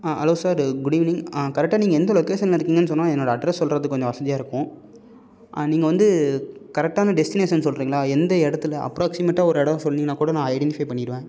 hello sir good evening கரெட்டாக நீங்கள் எந்த லொக்கேஷனில் இருக்கீங்கன்னு சொன்னா நான் என்னோட அட்ரஸ் சொல்லுறதுக்கு கொஞ்சம் வசதியாக இருக்கும் நீங்கள் வந்து கரெட்டான டெஸ்டினேஷன் சொல்லுறிங்களா எந்த இடத்துல அப்ராக்ஸிமெட்டாக ஒரு இடம் சொன்னிங்கனாக்கூட நான் ஐடென்டிஃபை பண்ணிவிடுவேன்